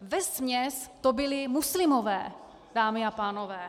Vesměs to byli muslimové, dámy a pánové.